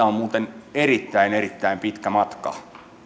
on muuten erittäin erittäin pitkä matka